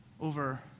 over